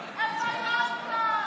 הציונות,